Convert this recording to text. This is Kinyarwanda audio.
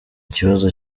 kibazo